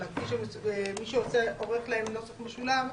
אלא מי שעורך להם נוסח משולב,